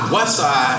Westside